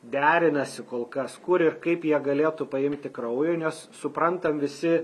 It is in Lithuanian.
derinasi kol kas kur ir kaip jie galėtų paimti kraujo nes suprantam visi